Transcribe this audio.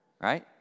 right